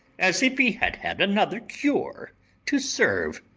as if he had had another cure to serve.